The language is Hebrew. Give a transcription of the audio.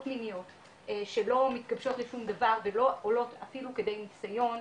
מיניות שלא מתגבשות לשום דבר ולא עולות אפילו כדי ניסיון,